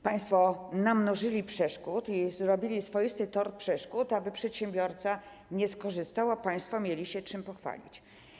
Państwo namnożyli przeszkód i zrobili swoisty tor przeszkód, aby przedsiębiorca nie skorzystał, a państwo mieli się czym pochwalić.